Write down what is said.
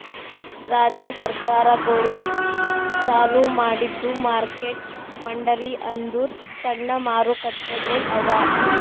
ರಾಜ್ಯ ಸರ್ಕಾರಗೊಳಿಂದ್ ಚಾಲೂ ಮಾಡಿದ್ದು ಮಾರ್ಕೆಟ್ ಮಂಡಳಿ ಅಂದುರ್ ಸಣ್ಣ ಮಾರುಕಟ್ಟೆಗೊಳ್ ಅವಾ